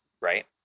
right